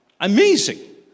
Amazing